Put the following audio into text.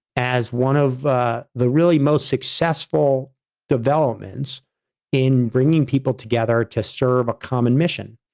as one of ah the really most successful developments in bringing people together to serve a common mission.